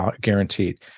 guaranteed